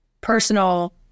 personal